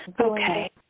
Okay